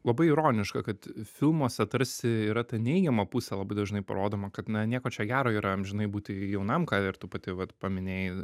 labai ironiška kad filmuose tarsi yra ta neigiama pusė labai dažnai parodoma kad na nieko čia gero yra amžinai būti jaunam ką ir tu pati vat paminėjai